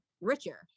richer